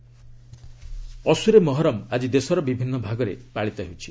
ମହରମ୍ ଅସ୍କରେ ମହରମ୍ ଆଜି ଦେଶର ବିଭିନ୍ନ ଭାଗରେ ପାଳିତ ହୋଇଛି